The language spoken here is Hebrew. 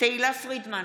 תהלה פרידמן,